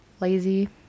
lazy